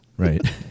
Right